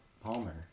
Palmer